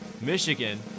Michigan